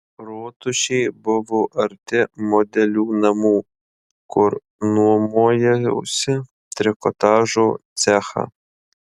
rotušė buvo arti modelių namų kur nuomojausi trikotažo cechą